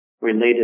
related